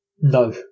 No